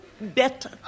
Better